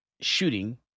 shooting